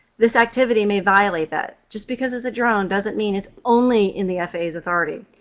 this activity may violate that. just because it's a drone doesn't mean it's only in the faa's authority.